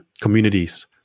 communities